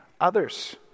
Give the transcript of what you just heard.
others